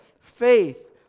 faith